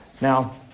Now